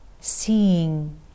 seeing